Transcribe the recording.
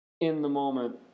in-the-moment